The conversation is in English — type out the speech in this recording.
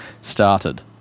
started